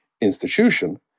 institution